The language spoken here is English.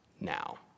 now